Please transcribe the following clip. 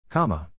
Comma